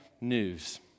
news